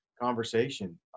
conversation